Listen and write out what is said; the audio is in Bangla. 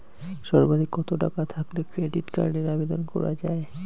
সর্বাধিক কত টাকা থাকলে ক্রেডিট কার্ডের আবেদন করা য়ায়?